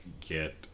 get